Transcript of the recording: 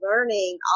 learning